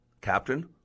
Captain